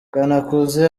kanakuze